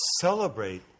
celebrate